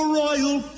royal